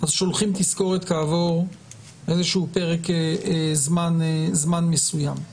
שולחים תזכורת כעבור איזשהו פרק זמן מסוים כי